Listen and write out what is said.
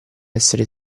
essere